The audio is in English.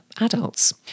adults